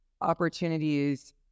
opportunities